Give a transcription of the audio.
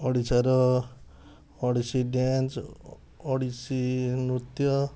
ଓଡ଼ିଶାର ଓଡ଼ିଶୀ ଡ୍ୟାନ୍ସ ଓଡ଼ିଶୀ ନୃତ୍ୟ